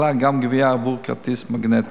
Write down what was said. נכללה גם גבייה עבור כרטיס מגנטי.